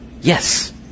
Yes